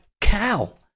Cal